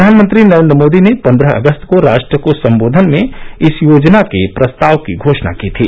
प्रधानमंत्री नरेन्द्र मोदी ने पन्द्रह अगस्त को राष्ट्र को संबोधन में इस योजना के प्रस्ताव की घोषणा की थी